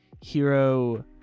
Hero